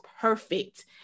perfect